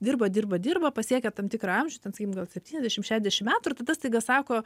dirba dirba dirba pasiekia tam tikrą amžių ten sakykim gal septyniasdešimt šešiasdešimt metų ir tada staiga sako